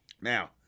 Now